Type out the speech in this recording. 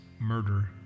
murder